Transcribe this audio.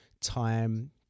time